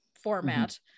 format